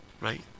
right